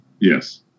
Yes